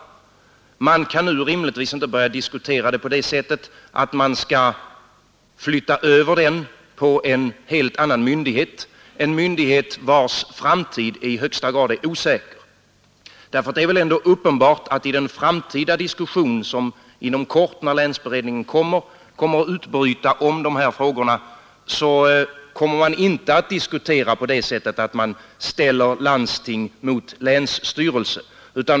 Man kan nu rimligtvis inte börja diskutera att flytta över den på en helt annan myndighet, vars framtid är i högsta grad osäker. Det är väl ändå uppenbart att man i den diskussion som inom kort, när länsberedningen är färdig med sitt arbete, kommer att utbryta om dessa frågor inte torde diskutera på det sättet att man ställer landsting mot länsstyrelse.